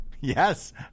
yes